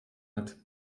hat